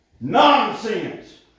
Nonsense